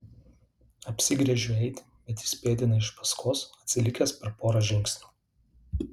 apsigręžiu eiti bet jis pėdina iš paskos atsilikęs per porą žingsnių